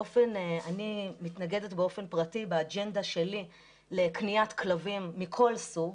אני מתנגדת באופן פרטי באג'נדה שלי לקניית כלבים מכל סוג,